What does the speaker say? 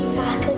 back